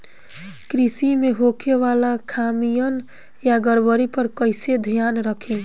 कृषि में होखे वाला खामियन या गड़बड़ी पर कइसे ध्यान रखि?